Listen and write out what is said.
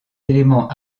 éléments